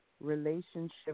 relationship